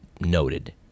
noted